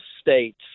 states